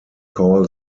call